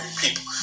people